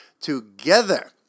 together